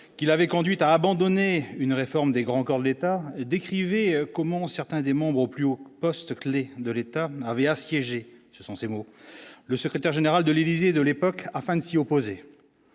qui l'avait conduit à abandonner une réforme des grands corps de l'État décrivez comment certains des membres au plus haut poste clé de l'État avait assiégé, ce sont ses mots, le secrétaire général de l'Élysée de l'époque, afin de s'y opposer,